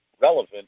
relevant